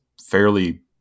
fairly